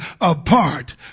apart